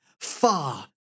far